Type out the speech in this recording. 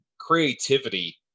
creativity